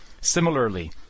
Similarly